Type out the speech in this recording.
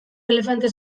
elefante